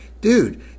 dude